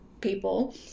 people